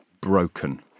broken